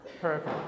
Perfect